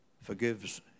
forgives